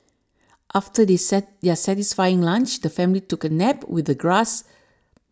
after they set their satisfying lunch the family took a nap with the grass